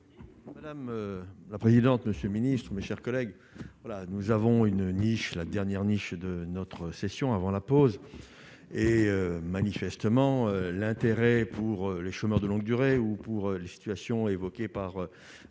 Madame la présidente, monsieur le Ministre, mes chers collègues, voilà, nous avons une niche la dernière niche de notre session avant la pause et manifestement l'intérêt pour les chômeurs de longue durée ou pour les situations évoquées par